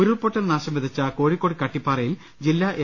ഉരുൾപൊട്ടൽ നാശം വിതച്ച കോഴിക്കോട് കട്ടിപ്പാറയിൽ ജില്ലാ എൻ